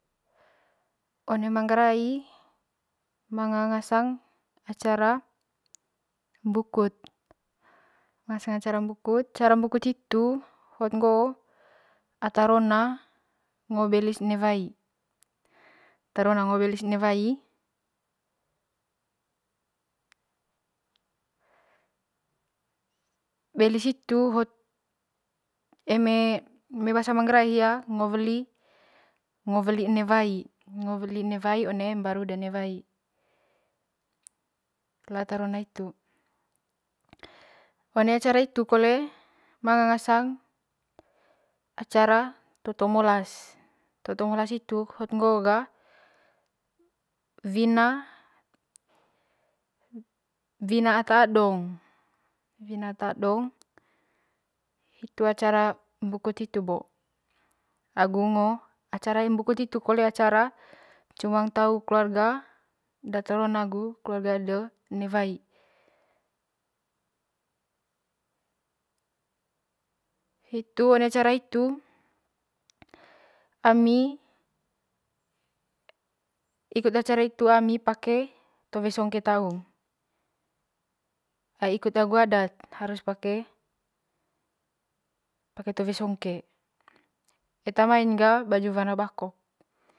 One manggarai manggarrai manga ngasang acara mbukut'ngasang acara mbukut hitu hot ngo'o ata rona ngo belis inewai tara ngo belis inewai karna belis hitu eme bahasa manggarai hia ngo weli ngo weli inewai ngo weli inewai one mbaru de inewai latar tona hitu one acara hitu kole manga ngasang toto molas toto molas hoo ga wina, wina ata adong hitu acara mbukut hitu bo agu ngo acara mbukut hitu kole cumang tau keluaraga data rona agu de inewai hitu one acara hitu ami pake towe songke taung ai ikut agy adat harus pake towe songke eta main ga baju warna bakok.